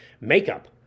makeup